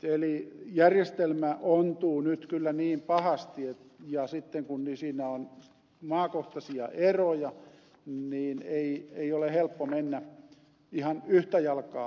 eli järjestelmä ontuu nyt kyllä niin pahasti ja kun siinä on maakohtaisia eroja niin ei ole helppo mennä ihan yhtä jalkaa